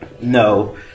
No